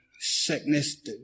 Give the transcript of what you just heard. sickness